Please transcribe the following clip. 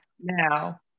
now